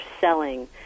selling